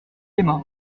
aima